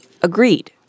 agreed